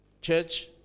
church